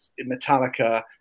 Metallica